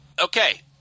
Okay